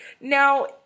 Now